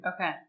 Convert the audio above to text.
Okay